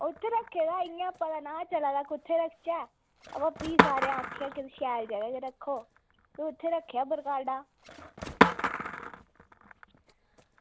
ओह् उत्थै रक्खे दा पता निहां चला दा कुत्थै रक्खचै बा भी सारें आखेआ शैल जगह् गै रक्खो ते भी उत्थै रक्खेआ बरकाडा